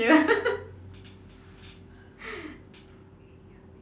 ~ture